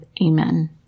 Amen